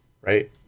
right